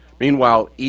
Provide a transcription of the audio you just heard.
Meanwhile